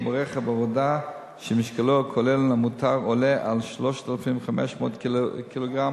ברכב עבודה שמשקלו הכולל המותר עולה על 3,500 ק"ג